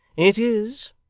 it is.